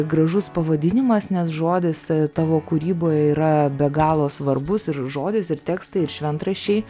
gražus pavadinimas nes žodis tavo kūryboje yra be galo svarbus ir žodis ir tekstai ir šventraščiai